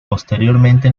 posteriormente